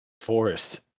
forest